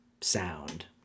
sound